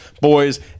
boys